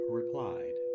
replied